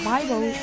Bible